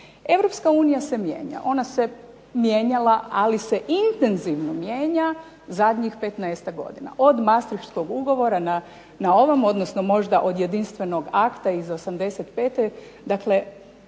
Europska unija se mijenja, ona se mijenjala ali se intenzivno mijenja zadnjih 15 godina, odnosno od Mastriškog ugovora, na ovamo možda od jedinstvenog akta iz 85.,